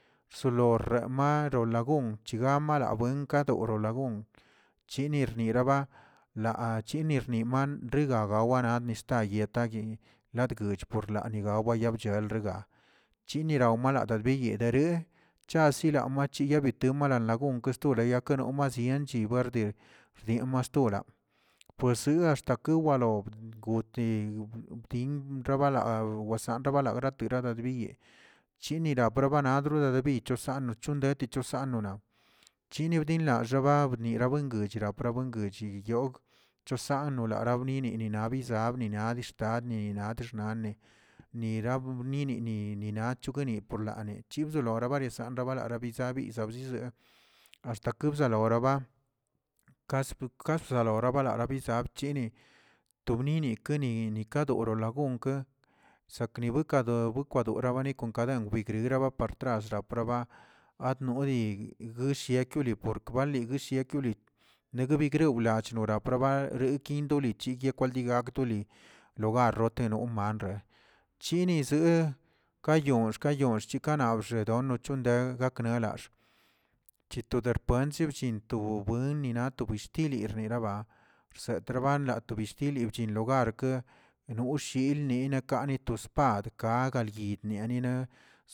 Solorre marro lagun chigan merabuenka lora la gon, chini rniraba laa xchininirma' lagawane ni staye latguich por lani labuyabchogolrega' chini lawamadirabiyee chasimariyakeꞌ temerán lagun stone kayunka tiempchi bardi rdien mastola, pues si axta kiwa ob goti gdin ranrabala wasan labara tedara bdiye, chiniba ba parnotrdə yebichosano chindetichosano chini bdinlaxaba niranbuenguch apruebanguichi yogꞌ chosano lora yinini, na bizabna, na dixtadni, dii xnane nirab nini- ni- ninaꞌ chogueni porlane chibzoloro barezan berane biza bizalleꞌ, hastake dibzalora kas kasobrabalabi labchini to bnini kini ka doro lagunkeꞌe, saknibuikado kwadora bikw kaden bwigr apartrast rababa atnoni shiekini por kwlal yigushiki guli, negueb bigrublaa nora praba yikindolichi kwaldigak to li, logar rotero romre chinizzeꞌ kayon xkayon kana bxedon nochongue gueknanalallꞌ, chito derpentzi blliw obuen nani bishtiw yiniraba rsetraba nato bchinli binlugark' noshin nuulə kane to spad kaga chid nianina.